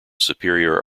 superior